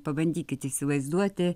pabandykit įsivaizduoti